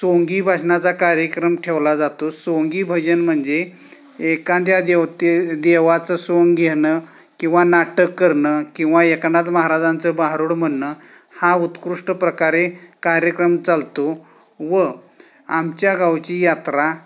सोंगी भजनाचा कार्यक्रम ठेवला जातो सोंगी भजन म्हणजे एखाद्या देवते देवाचं सोंग घेणे किंवा नाटक करणे किंवा एकनाथ महाराजांचं भारुड म्हणणं हा उत्कृष्ट प्रकारे कार्यक्रम चालतो व आमच्या गावची यात्रा